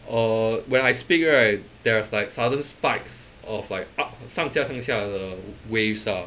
err when I speak right there's like sudden spikes of like up 上下上下的 waves ah